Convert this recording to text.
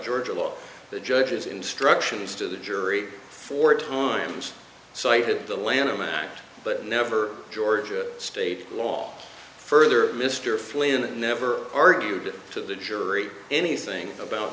georgia law the judge's instructions to the jury four times cited the lanham act but never georgia state law further mr flynn never argued to the jury anything about